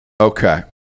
Okay